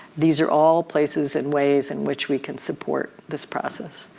these are all places and ways in which we can support this process.